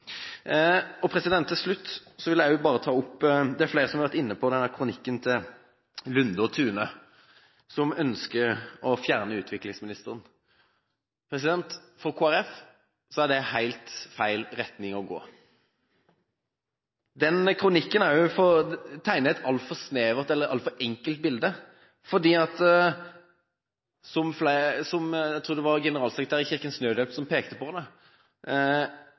Til slutt: Det er flere som har vært inne på kronikken til Lunde og Thune, som ønsker å fjerne utviklingsministeren. For Kristelig Folkeparti er det helt feil retning å gå i. Kronikken tegner et altfor snevert eller altfor enkelt bilde, for – jeg tror det var generalsekretæren i Kirkens Nødhjelp som pekte på det